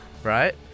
Right